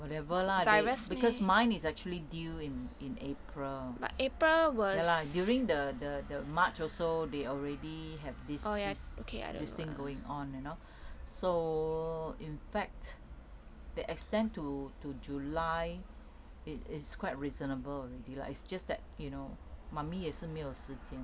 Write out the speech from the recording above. whatever lah because mine is actually due in april ya lah during the the march they also already have this virus thing going on you know so in fact they extend to to july it is quite reasonable already lah it's just that you know mummy 也是没有时间